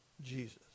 Jesus